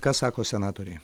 ką sako senatoriai